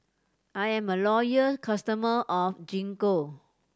I am a loyal customer of Gingko